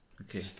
Okay